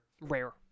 Rare